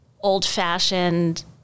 old-fashioned